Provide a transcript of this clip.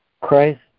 Christ